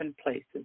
places